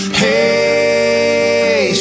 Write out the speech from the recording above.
hey